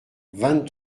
vingt